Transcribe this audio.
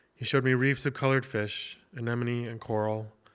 he showed me reefs of colored fish, anemone, and coral.